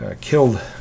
killed